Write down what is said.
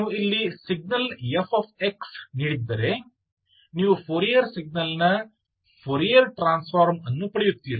ನೀವು ಇಲ್ಲಿ signal fx ನೀಡಿದ್ದರೆ ನೀವು ಫೋರಿಯರ್ ಸಿಗ್ನಲ್ನ ಫೋರಿಯರ್ ಟ್ರಾನ್ಸ್ಫಾರ್ಮ್ ಅನ್ನು ಪಡೆಯುತ್ತೀರಿ